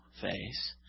face